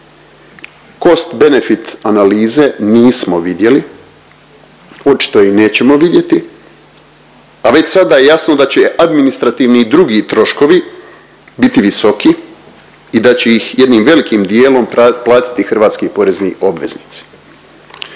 Cost-benefit analize nismo vidjeli, očito ih nećemo vidjeti, a već sada je jasno da će administrativni i drugi troškovi biti visoki i da će ih jednim velikim dijelom platiti hrvatski porezni obveznici.